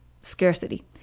scarcity